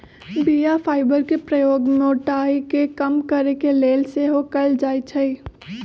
बीया फाइबर के प्रयोग मोटाइ के कम करे के लेल सेहो कएल जाइ छइ